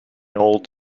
old